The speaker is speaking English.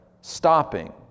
stopping